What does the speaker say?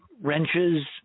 wrenches